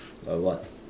a what